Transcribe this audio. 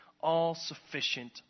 all-sufficient